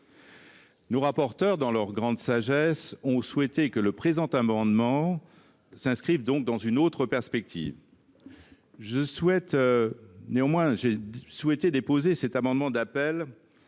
Nos rapporteurs, dans leur grande sagesse, ont souhaité que le présent texte s’inscrive dans une autre perspective. J’ai néanmoins souhaité déposer cet amendement d’appel